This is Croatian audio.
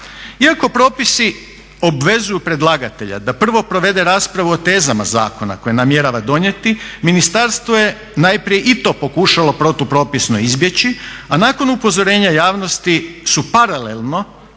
Iako propisi obvezuju predlagatelja da prvo provede raspravu o tezama zakona koje namjerava donijeti ministarstvo je najprije i to pokušalo protupropisno izbjeći, a nakon upozorenja javnosti su paralelno